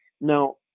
now